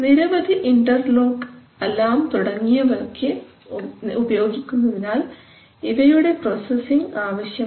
നിരവധി interlock alarm തുടങ്ങിയവയൊക്കെ ഉപയോഗിക്കുന്നതിനാൽ ഇവയുടെ പ്രോസസ്സിംഗ് അവശ്യമാണ്